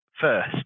first